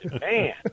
Man